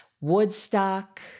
Woodstock